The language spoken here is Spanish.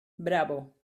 bravo